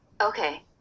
Okay